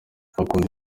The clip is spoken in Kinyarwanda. akunda